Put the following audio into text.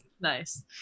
Nice